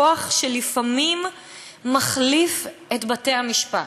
כוח שלפעמים מחליף את בתי-המשפט,